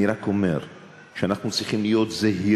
אני רק אומר שאנחנו צריכים להיות זהירים